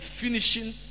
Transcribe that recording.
finishing